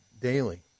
daily